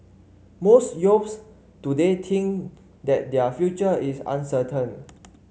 most youths today think that their future is uncertain